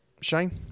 shane